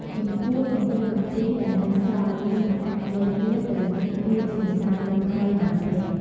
ចំពោះកម្ទេចកម្ទីដែលនៅសល់យើងមិនអាចយកវាទៅលាយជាម្សៅនំថ្មីបានទេ ។